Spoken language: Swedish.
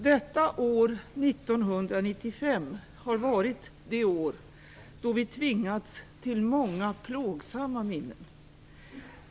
Detta år 1995 har varit det år då vi tvingats till många plågsamma minnen.